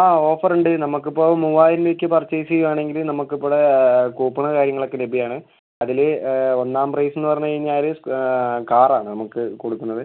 ആ ഓഫർ ഉണ്ട് നമുക്ക് ഇപ്പം മൂവായിരം രൂപയ്ക്ക് പർച്ചേസ് ചെയ്യുവാണെങ്കിൽ നമുക്ക് ഇവിടെ കൂപ്പണും കാര്യങ്ങൾ ഒക്കെ ലഭ്യം ആണ് അതിൽ ഒന്നാം പ്രൈസ് എന്ന് പറഞ്ഞ് കഴിഞ്ഞാൽ കാർ ആണ് നമുക്ക് കൊടുക്കുന്നത്